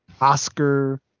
Oscar